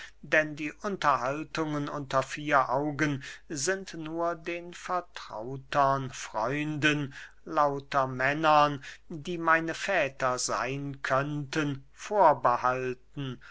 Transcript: denn die unterhaltungen unter vier augen sind nur den vertrautern freunden lauter männern die meine väter seyn könnten vorbehalten